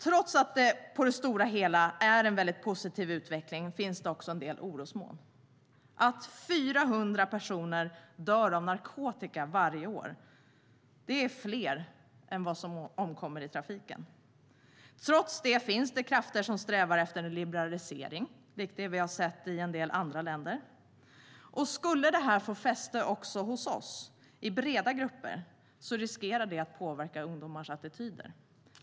Trots att det på det stora hela är en positiv utveckling finns det också en del orosmoln. Det är 400 personer som dör av narkotika varje år i Sverige. Det är fler än vad som omkommer i trafiken. Trots det finns det krafter som strävar efter en liberalisering, lik den vi har sett i en del andra länder. Skulle det få fäste i breda grupper också hos oss riskerar det att påverka ungdomars attityder.